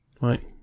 Right